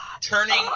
turning